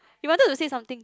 you wanted to say something